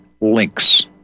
links